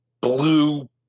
blue